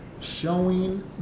showing